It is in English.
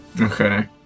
Okay